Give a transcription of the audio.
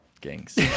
Gangs